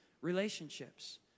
relationships